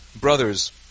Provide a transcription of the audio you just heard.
brothers